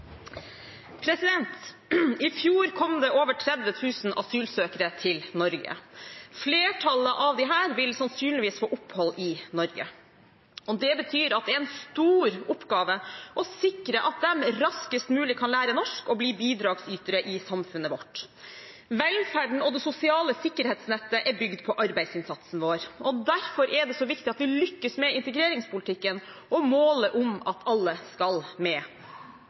I fjor kom det over 30 000 asylsøkere til Norge. Flertallet av disse vil sannsynligvis få opphold i Norge. Det betyr at det er en stor oppgave å sikre at de raskest mulig kan lære norsk og bli bidragsytere i samfunnet vårt. Velferden og det sosiale sikkerhetsnettet er bygd på arbeidsinnsatsen vår. Derfor er det så viktig at vi lykkes med integreringspolitikken og målet om at alle skal med.